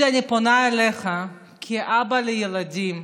אני פונה אליך כאבא לילדים.